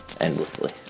Endlessly